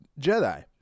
Jedi